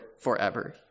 forever